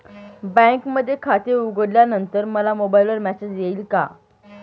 बँकेमध्ये खाते उघडल्यानंतर मला मोबाईलवर मेसेज येईल का?